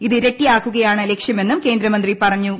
ഇത് ഇരട്ടിയാക്കുകയാണ് ലക്ഷ്യം എന്നും കേന്ദ്രമന്ത്രി പറഞ്ഞു